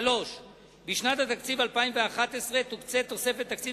3. בשנת התקציב 2011 תוקצה תוספת תקציב